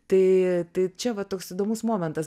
tai tai čia va toks įdomus momentas